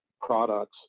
products